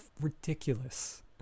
ridiculous